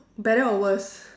better or worse